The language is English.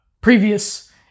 previous